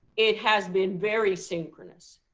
it has been very synchronous,